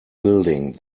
building